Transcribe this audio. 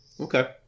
Okay